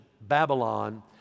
Babylon